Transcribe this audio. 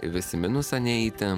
vis į minusą neiti